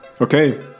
Okay